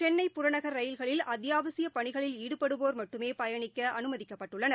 சென்னை புறநகர் ரயில்களில் அத்தியாவசியப் பணிகளில் ஈடுபடுவோர் மட்டுமேபயணிக்கஅனுமதிக்கப்பட்டுள்ளனர்